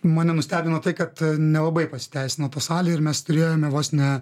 mane nustebino tai kad nelabai pasiteisino ta salė ir mes turėjome vos ne